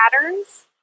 patterns